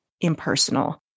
impersonal